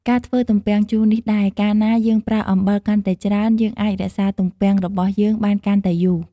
ការធ្វើទំពាំងជូរនេះដែរ កាលណាយើងប្រើអំបិលកាន់តែច្រើន យើងអាចរក្សាទំពាំងរបស់យើងបានកាន់តែយូរ។